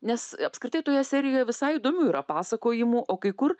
nes apskritai toje serijoj visai įdomių yra pasakojimų o kai kur